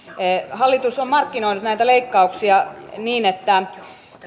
hallitus on markkinoinut näitä leikkauksia niin että